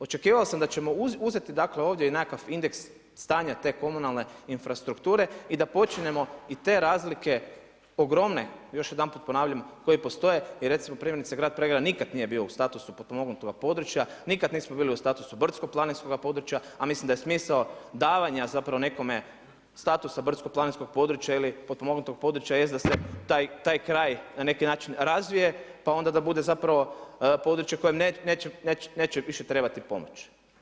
Očekivao sam da ćemo ovdje uzeti i nekakav indeks stanja te komunalne infrastrukture i da počnemo i te razlike ogromne, još jedanput ponavljam koje postoje jer recimo primjerice grad Pregrada nikada nije bio u statusu potpomognutog područja, nikada nismo bili u statusu brdsko-planinskog područja, a mislim da je smisao davanja nekome statusa brdsko-planinskog područja ili potpomognutog područja jest da se taj kraj na neki način razvije, pa onda da bude zapravo područje kojem neće više trebati pomoć.